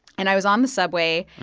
and i was on the subway.